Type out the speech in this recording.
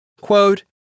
Quote